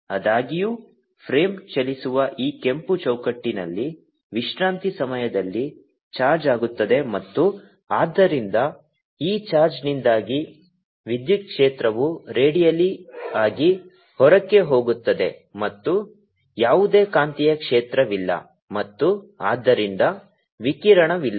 ಆದಾಗ್ಯೂ ಫ್ರೇಮ್ ಚಲಿಸುವ ಈ ಕೆಂಪು ಚೌಕಟ್ಟಿನಲ್ಲಿ ವಿಶ್ರಾಂತಿ ಸಮಯದಲ್ಲಿ ಚಾರ್ಜ್ ಆಗುತ್ತದೆ ಮತ್ತು ಆದ್ದರಿಂದ ಈ ಚಾರ್ಜ್ನಿಂದಾಗಿ ವಿದ್ಯುತ್ ಕ್ಷೇತ್ರವು ರೇಡಿಯಲ್ ಆಗಿ ಹೊರಕ್ಕೆ ಹೋಗುತ್ತದೆ ಮತ್ತು ಯಾವುದೇ ಕಾಂತೀಯ ಕ್ಷೇತ್ರವಿಲ್ಲ ಮತ್ತು ಆದ್ದರಿಂದ ವಿಕಿರಣವಿಲ್ಲ